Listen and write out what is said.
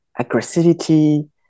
aggressivity